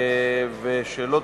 ושאלות